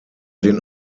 den